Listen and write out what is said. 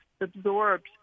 absorbed